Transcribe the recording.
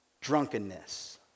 drunkenness